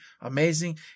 amazing